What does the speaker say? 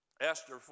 Esther